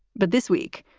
but this week,